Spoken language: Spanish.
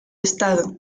estado